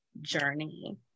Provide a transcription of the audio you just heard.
journey